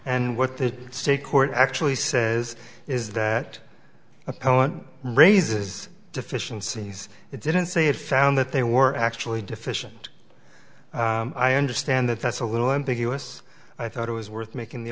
and what the state court actually says is that appellant raises deficiencies it didn't say it found that they were actually deficient i understand that that's a little ambiguous i thought it was worth making the